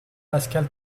pascal